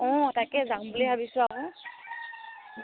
অঁ তাকে যাম বুলি ভাবিছোঁ আকৌ